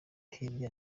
hirya